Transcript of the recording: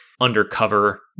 undercover